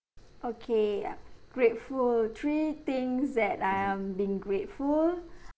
okay uh grateful three things that I am been grateful